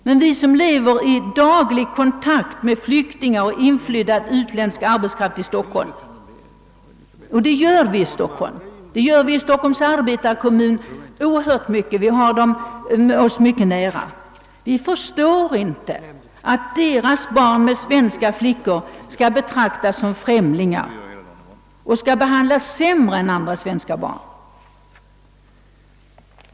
Men vi som i Stockholm lever i daglig kontakt med flyktingar och inflyttad utländsk arbetskraft — och det gör vi i Stockholms arbetarkommun — förstår inte, att deras barn med svenska flickor skall betraktas som främlingar och behandlas sämre än helt svenska barn.